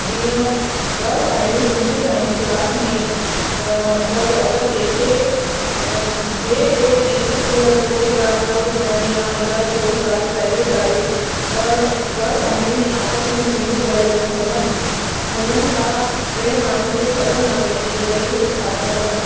जीअं ॿ साहेड़ियूं सिंधी आइन क्लास में त मतलब अगरि कंहिंखे ॿे केरु टीचर खे अगरि कोई ॻाल्हि न ॿुधाइणी आहे या कोई ॻाल्हि प्राइवेट आहे त ॿ साहेड़ियूं आपस में सिंधी ॻाल्हाए थियूं सघनि हुननि मां टे माण्हू खे ख़बर न पवंदी भई इहे छा था चवनि